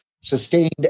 sustained